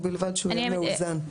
ובלבד שהוא יהיה מאוזן.